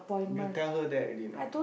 you tell her that already or not